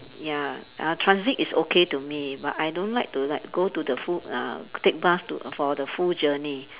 ya uh transit is okay to me but I don't like to like go to the full uh take bus to for the full journey